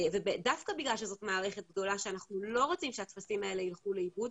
דווקא בגלל שזאת מערכת גדולה שאנחנו לא רוצים שהטפסים האלה ילכו לאיבוד,